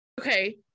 Okay